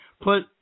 put